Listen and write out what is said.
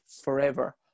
forever